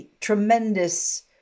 tremendous